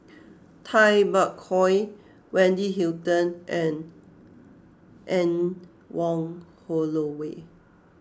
Tay Bak Koi Wendy Hutton and Anne Wong Holloway